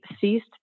ceased